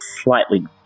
slightly